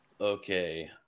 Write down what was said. okay